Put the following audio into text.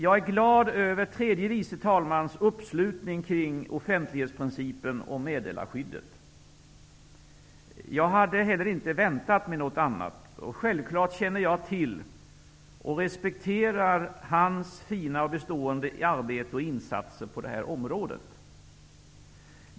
Jag är glad över tredje vice talmannens uppslutning kring offentlighetsprincipen och meddelarskyddet. Jag hade inte heller väntat mig något annat. Självfallet känner jag till och respekterar hans fina och bestående arbetsinsatser på detta område.